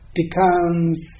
becomes